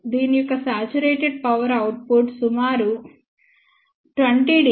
దీని యొక్క saturated power output సుమారు 20 dBm ఇది 0